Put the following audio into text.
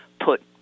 put